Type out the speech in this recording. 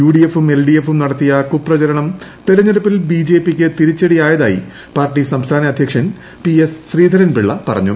U D എഫും L D എഫും നടത്തിയ കുപ്രചരണം തെരഞ്ഞെടുപ്പിൽ ബി ജെ പിക്ക് തിരിച്ചടിയായതായി പാർട്ടി സംസ്ഥാന അധ്യക്ഷൻ പി എസ് ശ്രീധരൻപിള്ള പറഞ്ഞു